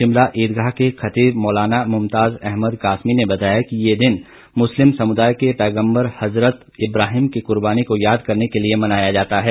शिमला ईदगाह के खतीब मौलाना मुमताज़ अहमद कासमी ने बताया कि ये दिन मुस्लिम समुदाय के पैग़मबर हज़रत इब्राहिम की कुर्बानी को याद करने के लिए मनाया जाता है